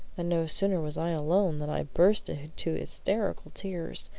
and no sooner was i alone than i burst into hysterical tears,